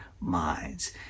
minds